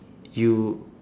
you